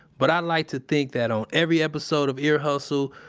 but i'd like to think that on every episode of ear hustle,